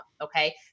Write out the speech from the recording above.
okay